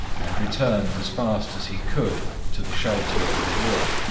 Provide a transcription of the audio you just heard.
and returned as fast as he could to the shelter of the wood.